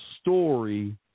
story